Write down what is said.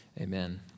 Amen